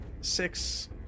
Six